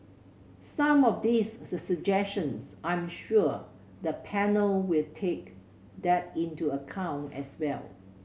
some of these suggestions I'm sure the panel will take that into account as well